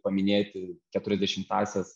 paminėti keturiasdešimtąsias